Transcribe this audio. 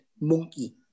Monkey